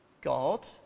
God